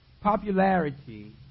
Popularity